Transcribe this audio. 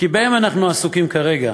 כי בהם אנחנו עסוקים כרגע,